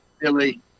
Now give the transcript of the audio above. Billy